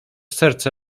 serce